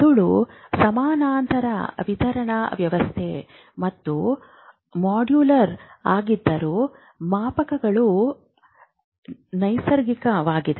ಮೆದುಳು ಸಮಾನಾಂತರ ವಿತರಣಾ ವ್ಯವಸ್ಥೆ ಮತ್ತು ಮಾಡ್ಯುಲರ್ ಆಗಿದ್ದರೂ ಮಾಪಕಗಳು ನೈಸರ್ಗಿಕವಾಗಿವೆ